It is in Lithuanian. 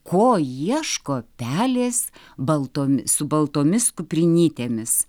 ko ieško pelės baltom su baltomis kuprinytėmis